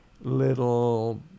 little